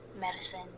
medicine